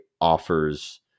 offers